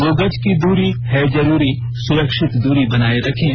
दो गज की दूरी है जरूरी सुरक्षित दूरी बनाए रखें